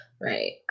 right